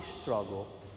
struggle